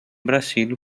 brasil